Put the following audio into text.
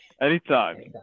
Anytime